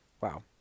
Wow